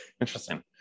Interesting